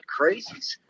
crazies